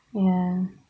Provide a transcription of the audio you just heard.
ya